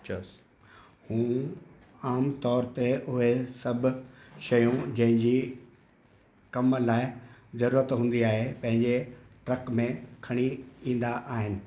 चओसि हू आमतौरि ते उहे सभु शयूं जंहिंजी कम लाइ ज़रूरत हूंदी आहे पंहिंजे ट्रक में खणी ईंदा आहिनि